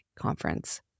conference